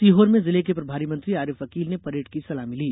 सीहोर में जिले के प्रभारी मंत्री आरिफ अकील ने परेड की सलामी ली